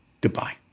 Goodbye